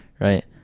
right